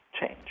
change